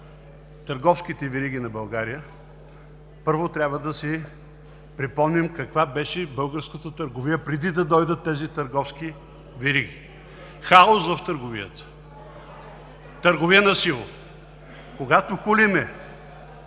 търговските вериги на България, първо, трябва да си припомним каква беше българската търговия преди да дойдат тези търговски вериги – хаос в търговията, търговия на „сиво“. Когато хулим